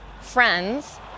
friends